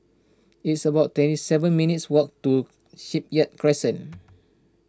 it's about twenty seven minutes' walk to Shipyard Crescent